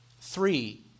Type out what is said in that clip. Three